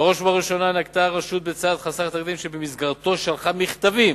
בראש ובראשונה נקטה הרשות צעד חסר תקדים שבמסגרתו שלחה מכתבים